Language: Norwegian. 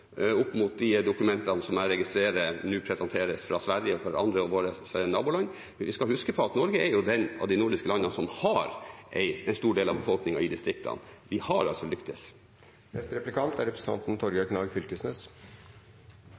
mot de dokumentene som jeg registrerer at nå presenteres fra Sverige og for andre av våre naboland. Men vi skal huske på at Norge er det av de nordiske landene som har en stor del av befolkningen i distriktene. Vi har altså lyktes.